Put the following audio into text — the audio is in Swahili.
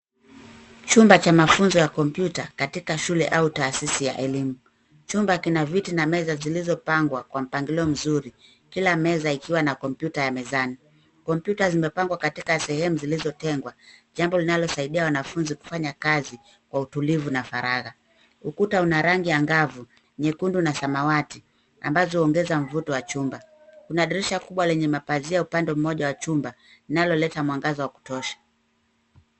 Chumba cha mafunzo ya kompyuta katika shule au taasisi ya elimu. Chumba kina viti na meza zilizopangwa Kwa mpangilio mzuri. Kila meza ikiwa na kompyuta ya mezani. Kompyuta zimepangwa katikati sehemu zilizotengwa jambo linalosaidia wanafunzi kufanya kazi kwa utulivu na faragha. Ukuta una rangi angavu nyekundu na samawati ambazo huongeza mvuto wa chumba. Kuna dirisha kubwa lenye mapazia upande mmoja wa chumba linaloleta mwangaza wa kutosha.